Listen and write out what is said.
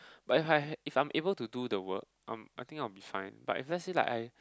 but if I have if I'm able to do the work um I think I will be fine but let's say like I